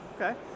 Okay